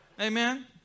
Amen